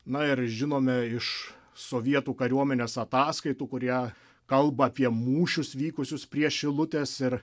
na ir žinome iš sovietų kariuomenės ataskaitų kurie kalba apie mūšius vykusius prie šilutės ir